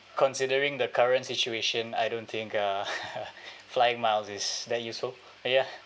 considering the current situation I don't think uh flying miles is that useful ya